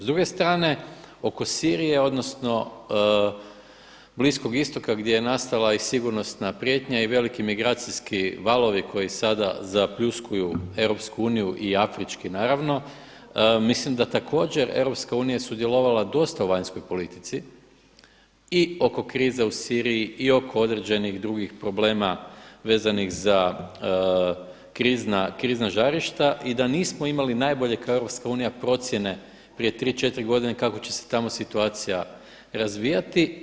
S druge strane oko Sirije, odnosno Bliskog istoka gdje je nastala i sigurnosna prijetnja i veliki migracijski valovi koji sada zapljuskuju EU i afrički naravno, mislim da također EU je sudjelovala dosta u vanjskoj politici i oko krize u Siriji i oko određenih drugih problema vezanih za krizna žarišta i da nismo imali najbolje kao EU procjene prije 3, 4 godine kako će se tamo situacija razvijati.